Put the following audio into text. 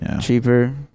cheaper